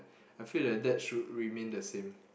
I feel that that should remain the same